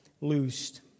loosed